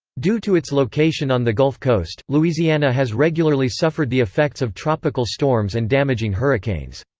due to its location on the gulf coast, louisiana has regularly suffered the effects of tropical storms and damaging hurricanes.